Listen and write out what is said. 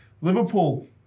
Liverpool